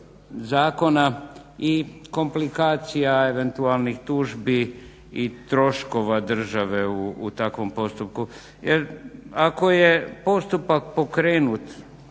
zakona i komplikacija, eventualnih tužbi i troškova države u takvom postupku. Jer ako je postupak pokrenut